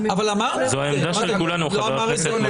זו העמדה של כולנו, חה"כ מקלב.